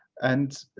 and